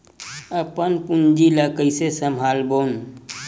अपन पूंजी ला कइसे संभालबोन?